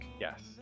yes